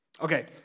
Okay